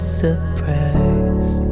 surprise